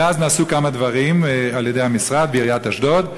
מאז נעשו כמה דברים על-ידי המשרד ועיריית אשדוד,